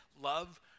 love